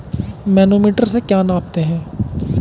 Manometer से क्या नापते हैं?